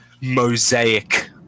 mosaic